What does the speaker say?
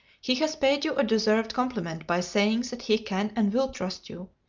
he has paid you a deserved compliment by saying that he can and will trust you.